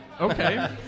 Okay